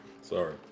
Sorry